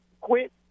Quit